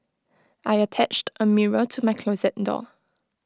I attached A mirror to my closet door